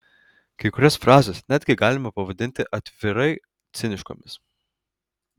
kai kurias frazes netgi galima pavadinti atvirai ciniškomis